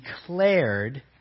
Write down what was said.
declared